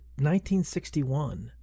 1961